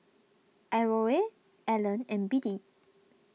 Aurore Alan and Biddie